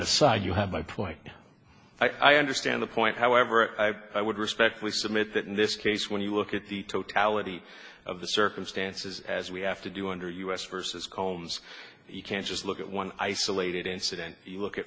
aside you have my point i understand the point however i would respectfully submit that in this case when you look at the totality of the circumstances as we have to do under u s versus combs you can't just look at one isolated incident you look at